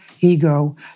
ego